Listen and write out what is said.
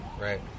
Right